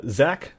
zach